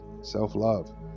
self-love